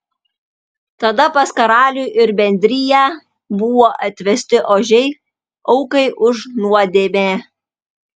tada pas karalių ir bendriją buvo atvesti ožiai aukai už nuodėmę